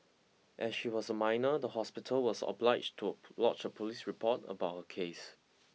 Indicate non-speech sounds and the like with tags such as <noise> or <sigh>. as she was a minor the hospital was obliged to <unintelligible> lodge a police report about her case